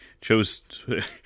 chose